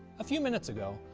a few minutes ago,